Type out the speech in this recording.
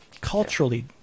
culturally